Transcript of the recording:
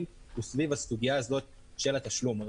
הוא סביב הסוגייה הזו של התשלום.